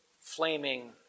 flaming